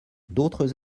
d’autres